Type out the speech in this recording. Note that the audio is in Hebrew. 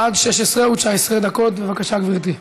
עד 16:19. בבקשה, גברתי.